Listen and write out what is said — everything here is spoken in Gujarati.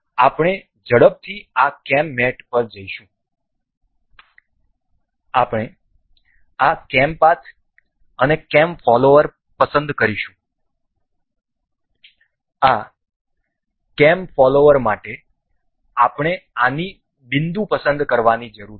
તેથી આપણે ઝડપથી આ કેમ મેટ પર જઈશું આપણે આ કેમ પાથ અને કેમ ફોલોવર પસંદ કરીશું આ કેમ ફોલોવર માટે આપણે આની બિંદુ પસંદ કરવાની જરૂર છે